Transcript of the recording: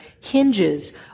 hinges